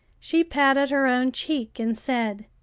she patted her own cheek and said